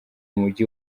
mujyi